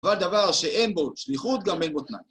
אבל דבר שאין בו שליחות גם אין בו תנאי